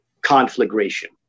conflagration